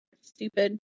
stupid